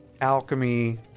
alchemy